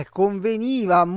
conveniva